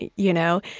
you know,